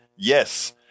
Yes